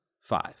five